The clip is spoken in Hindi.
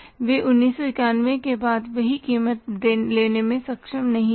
वे 1991 के बाद वही कीमत लेने में सक्षम नहीं थे